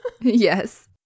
yes